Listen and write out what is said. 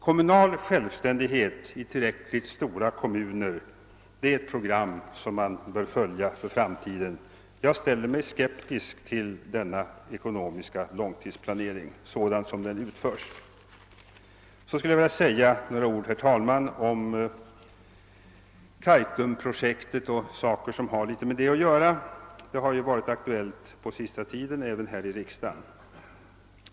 Kommunal självständighet i tillräckligt stora kommuner är ett program som man bör följa för framtiden. Jag ställer mig skeptisk till den ekonomiska långtidsplaneringen sådan den utförs. Jag skall också, herr talman, säga några ord om Kaitumprojektet och annat som har med det att göra. Projektet har ju varit ett aktuellt diskussionsämne den senaste tiden även här i riksdagen.